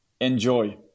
enjoy